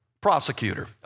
Prosecutor